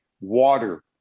Water